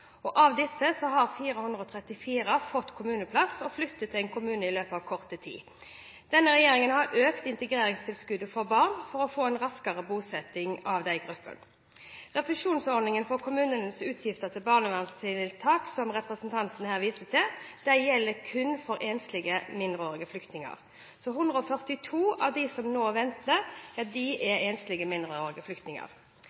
til en kommune i løpet av kort tid. Denne regjeringen har økt integreringstilskuddet for barn for å få en raskere bosetting av denne gruppen. Refusjonsordningen for kommunenes utgifter til barnevernstiltak, som representanten her viser til, gjelder kun for enslige mindreårige flyktninger. 142 av dem som nå venter,